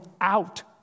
out